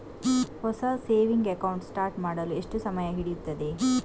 ಹೊಸ saving account start ಮಾಡಲು ಎಷ್ಟು ಸಮಯ ಹಿಡಿಯುತ್ತದೆ?